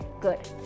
good